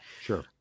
Sure